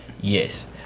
Yes